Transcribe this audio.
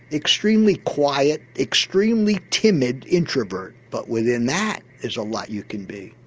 extremely quiet, extremely timid introvert but within that is a lot you can be.